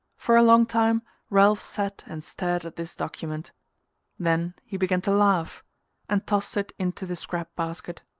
for a long time ralph sat and stared at this document then he began to laugh and tossed it into the scrap-basket.